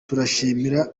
turashimira